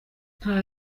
nta